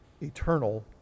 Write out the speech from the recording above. eternal